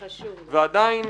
ועדיין,